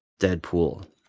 Deadpool